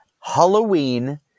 Halloween